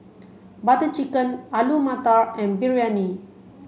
Butter Chicken Alu Matar and Biryani